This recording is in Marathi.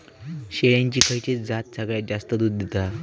शेळ्यांची खयची जात सगळ्यात जास्त दूध देता?